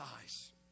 eyes